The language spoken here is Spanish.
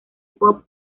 pop